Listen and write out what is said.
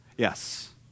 Yes